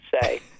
say